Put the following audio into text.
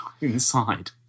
inside